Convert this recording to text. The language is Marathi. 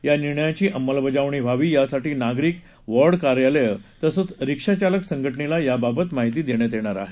या निर्णयाची अंमलबजावणी व्हावी यासाठी नागरिक वॉर्ड कार्यालयं तसंच रिक्षा चालक संघटनेला या बाबत माहिती देण्यात येणार आहे